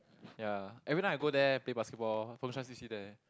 ya every time I go there play basketball Fengshan C_C there